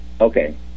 Okay